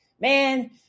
Man